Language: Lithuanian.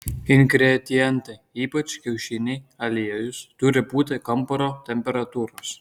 ingredientai ypač kiaušiniai aliejus turi būti kambario temperatūros